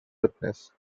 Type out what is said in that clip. witness